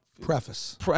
Preface